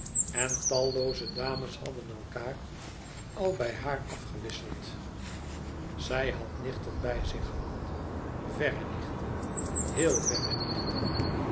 en tallooze dames hadden elkaâr al bij haar afgewisseld zij had nichten bij zich gehad verre nichten heel verre nichten